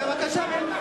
בבקשה.